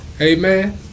Amen